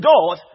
God